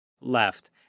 left